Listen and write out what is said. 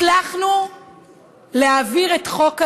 הצלחנו להעביר את חוק הלאום.